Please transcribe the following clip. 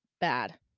bad